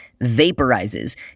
vaporizes